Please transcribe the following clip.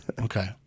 Okay